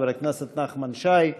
חבר הכנסת נחמן שי,